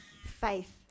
faith